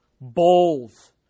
Bowls